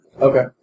Okay